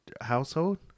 household